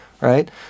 right